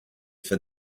for